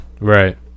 right